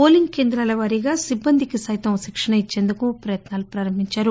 polling కేంద్రాల వారీగా సిబ్బందికి సైతం శిక్షణ ఇచ్చేందుకు ముందస్తుగా ప్రయత్నాలు ప్రారంభించారు